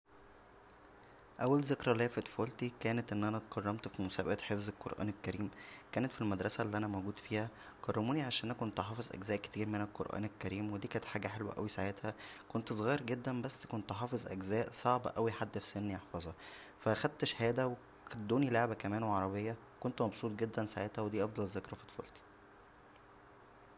اول ذكرى ليا فطفولتى كانت ان انا اتكرمت فمسابقات حفظ القران الكريم كانت فى المدرسه اللى انا موجود فيها كرمونى عشان انا كنت حافظ اجزاء كتيرمن القران الكريم وى كانت حاجه حلوه اوى ساعتها كنت صغير جدا بس كنت حافظ اجزاء صعب جدا حد فسنى يحفظها فا اخدت شهاده وخ-ادونى لعبه كمان وعربيه كنت مبسوط جدا ساعتها و دى افضل ذكرى فطفولتى